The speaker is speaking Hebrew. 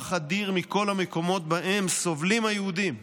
אדיר בכל המקומות שבהם סובלים היהודים.